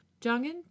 Jungin